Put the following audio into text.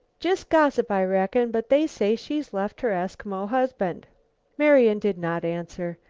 jist gossip, i reckon, but they say she's left her eskimo husband marian did not answer.